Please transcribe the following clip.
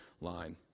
line